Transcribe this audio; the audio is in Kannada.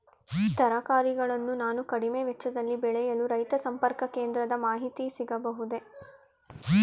ತರಕಾರಿಗಳನ್ನು ನಾನು ಕಡಿಮೆ ವೆಚ್ಚದಲ್ಲಿ ಬೆಳೆಯಲು ರೈತ ಸಂಪರ್ಕ ಕೇಂದ್ರದ ಮಾಹಿತಿ ಸಿಗಬಹುದೇ?